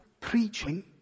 preaching